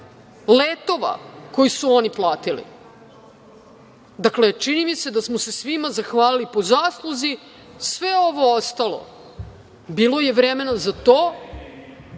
letova koji su oni platili. Dakle, čini mi se da smo se svima zahvalili po zasluzi, sve ovo ostalo, bilo je vremena za to.